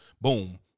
boom